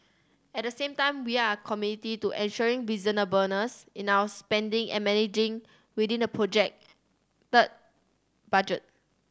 at the same time we are committed to ensuring reasonableness in our spending and managing within the projected budget